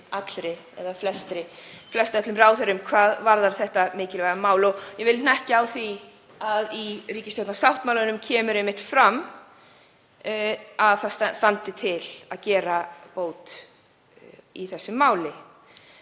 allri eða hjá flestöllum ráðherrum hvað varðar þetta mikilvæga mál. Ég vil hnykkja á því að í ríkisstjórnarsáttmálanum kemur einmitt fram að það standi til að gera bót á þessu máli.